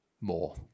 more